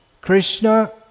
Krishna